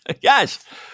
Yes